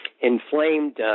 inflamed